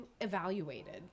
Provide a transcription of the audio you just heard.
evaluated